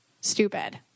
stupid